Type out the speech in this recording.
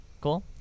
cool